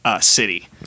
city